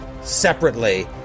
separately